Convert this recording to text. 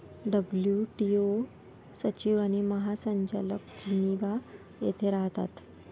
WTO सचिव आणि महासंचालक जिनिव्हा येथे राहतात